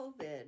covid